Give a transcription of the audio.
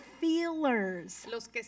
feelers